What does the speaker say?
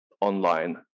online